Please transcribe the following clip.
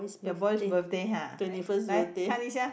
your boy's birthday ha 来看一下